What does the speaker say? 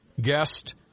guest